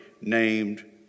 named